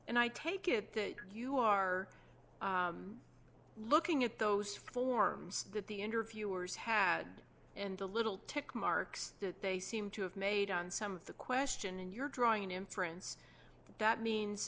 and i take it that you are looking at those forms that the interviewers had and a little tick marks that they seem to have made on some of the question and you're drawing an inference that